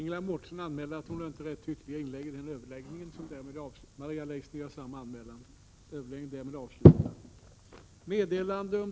Herr talman!